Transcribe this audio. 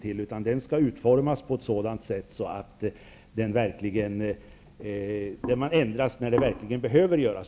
Denna skall i stället utformas på ett sådant sätt att ändringar görs när sådana verkligen behöver göras.